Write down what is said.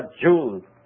Jew